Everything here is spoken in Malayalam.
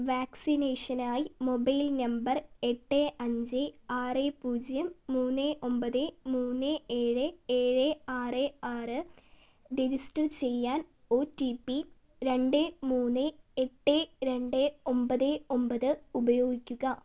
വാക്സിനേഷനായി മൊബൈൽ നമ്പർ എട്ട് അഞ്ച് ആറ് പൂജ്യം മൂന്ന് ഒമ്പത് മൂന്ന് ഏഴ് ഏഴ് ആറ് ആറ് രജിസ്റ്റർ ചെയ്യാൻ ഒ ടി പി രണ്ട് മൂന്ന് എട്ട് രണ്ട് ഒമ്പത് ഒമ്പത് ഉപയോഗിക്കുക